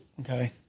Okay